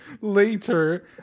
later